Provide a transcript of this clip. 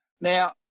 Now